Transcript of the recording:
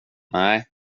nej